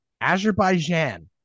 Azerbaijan